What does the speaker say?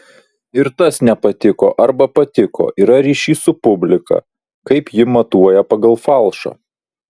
ir tas nepatiko arba patiko yra ryšys su publika kaip ji matuoja pagal falšą